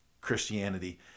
Christianity